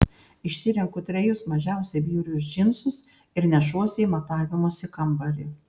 išsirenku trejus mažiausiai bjaurius džinsus ir nešuosi į matavimosi kambarį